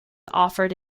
offered